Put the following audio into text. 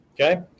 okay